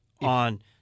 on